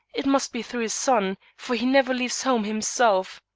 it must be through his son, for he never leaves home himself.